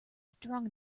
strong